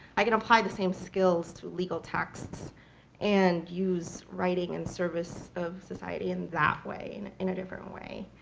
i can apply the same skills to legal texts and use writing in service of society in that way, in in a different way.